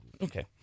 Okay